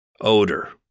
odor